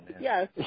Yes